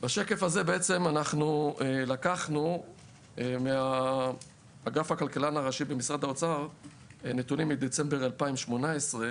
בשקף הזה בעצם לקחנו מאגף הכלכלן הראשי במשרד האוצר נתונים מדצמבר 2018,